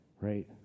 right